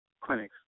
clinics